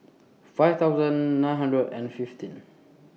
five thousand nine hundred and fifteen